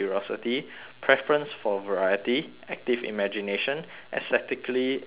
preference for variety active imagination aesthetically sensitive